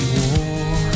war